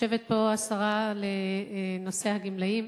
יושבת פה השרה לנושא הגמלאים,